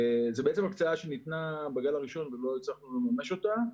זו בעצם הקצאה שניתנה בגל הראשון ולא הצלחנו לממש אותה.